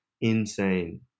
insane